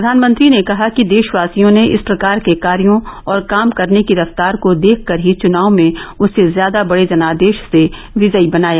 प्रधानमंत्री ने कहा कि देशवासियों ने इस सरकार के कार्यों और काम करने की रफ्तार को देखकर ही चुनाव में उसे ज्यादा बडे जनादेश से विजयी बनाया